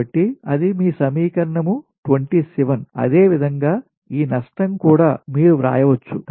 కాబట్టి అది మీ సమీకరణం 27 అదేవిధంగా ఈ నష్టం కూడా మీరు వ్రాయవచ్చు